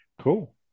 Cool